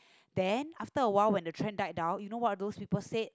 then after a while when the trend died down you know what those people said